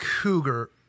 cougar